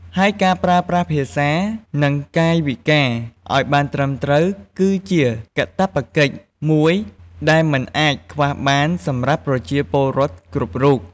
ហើយការប្រើប្រាស់ភាសា និងកាយវិការឲ្យបានត្រឹមត្រូវ គឺជាកាតព្វកិច្ចមួយដែលមិនអាចខ្វះបានសម្រាប់ប្រជាពលរដ្ឋគ្រប់រូប។